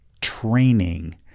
training